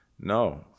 No